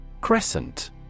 Crescent